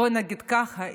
בוא נגיד ככה,